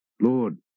Lord